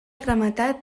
rematat